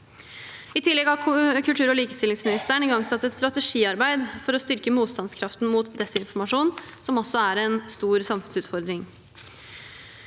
I tillegg har kultur- og likestillingsministeren igangsatt et strategiarbeid for å styrke motstandskraften mot desinformasjon, som også er en stor samfunnsutfordring.